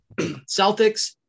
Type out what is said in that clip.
Celtics